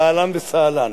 אהלן וסהלן,